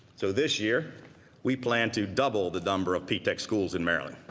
so this year we plan to double the number of p-tech schools in maryland.